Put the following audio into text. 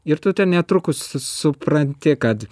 ir tu ten netrukus supranti kad